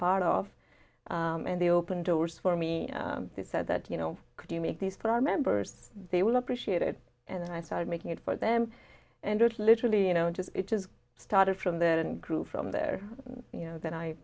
of and they opened doors for me they said that you know could you make these but our members they will appreciate it and then i started making it for them and it literally you know it just it just started from that and grew from there you know then i